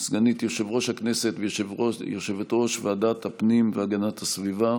סגנית יושב-ראש הכנסת ויושבת-ראש ועדת הפנים והגנת הסביבה.